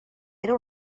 era